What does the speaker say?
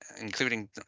including